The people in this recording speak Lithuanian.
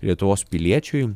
lietuvos piliečiui